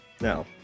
Now